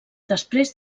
després